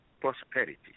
prosperity